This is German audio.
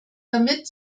damit